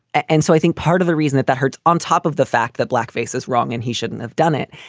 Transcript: and so i think part of the reason that that hurts on top of the fact that blackface is wrong and he shouldn't have done it,